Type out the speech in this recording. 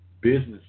business